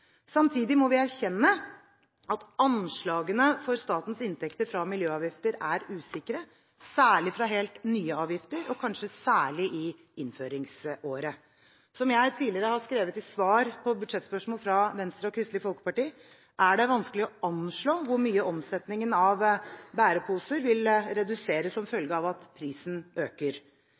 Samtidig må vi erkjenne at anslagene for statens inntekter fra miljøavgifter er usikre, særlig fra helt nye avgifter, og kanskje særlig i innføringsåret. Som jeg tidligere har skrevet i svar på budsjettspørsmål fra Venstre og Kristelig Folkeparti, er det vanskelig å anslå hvor mye omsetningen av bæreposer vil reduseres som følge av at prisen øker.